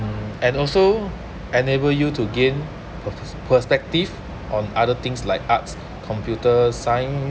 and also enable you to gain pers~ perspective on other things like arts computer science